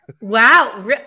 Wow